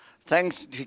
Thanks